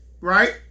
right